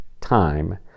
time